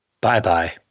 Bye-bye